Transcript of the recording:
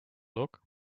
look